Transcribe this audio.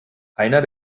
einer